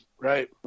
Right